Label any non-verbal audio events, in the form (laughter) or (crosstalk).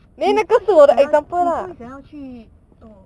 (noise) 你不会去想要你不会想要去 oh